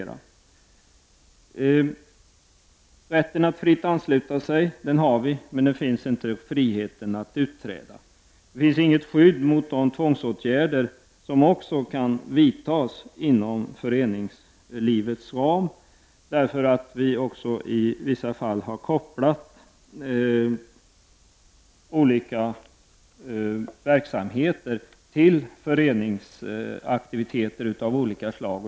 Rätten att fritt ansluta sig har vi, men rätten att fritt utträda finns inte. Det finns inget skydd mot de tvångsåtgärder som kan vidtas inom föreningslivets ram, eftersom vi i vissa fall har kopplat olika verksamheter till föreningsaktiviteter av olika slag.